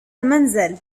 المنزل